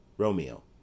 Romeo